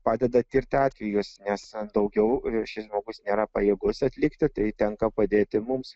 padeda tirti atvejus nes daugiau šis žmogus nėra pajėgus atlikti tai tenka padėti mums